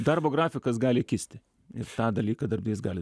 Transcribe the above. darbo grafikas gali kisti ir tą dalyką darbdavys gali